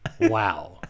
wow